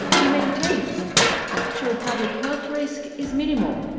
he maintains the actual public health risk is minimal.